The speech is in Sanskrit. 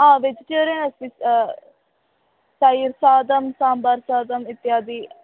वेजिटेरियन् अस्ति तैर् सादं साम्बार् सादम् इत्यादि